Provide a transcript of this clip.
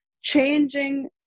changing